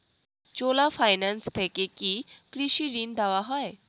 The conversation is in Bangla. চোলা ফাইন্যান্স থেকে কি কৃষি ঋণ দেওয়া হয়?